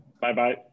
Bye-bye